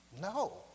No